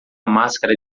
máscara